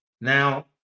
Now